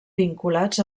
vinculats